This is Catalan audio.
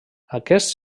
aquest